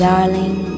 Darling